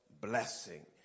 blessing